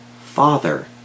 Father